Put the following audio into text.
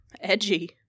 edgy